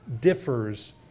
differs